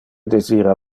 desira